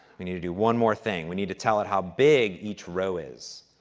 we need to do one more thing. we need to tell it how big each row is.